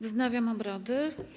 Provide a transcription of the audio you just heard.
Wznawiam obrady.